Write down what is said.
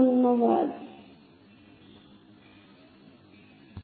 ধন্যবাদ সবাইকে